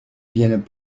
viennent